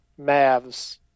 Mavs